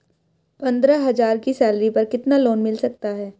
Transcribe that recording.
पंद्रह हज़ार की सैलरी पर कितना लोन मिल सकता है?